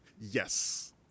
Yes